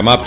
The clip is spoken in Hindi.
समाप्त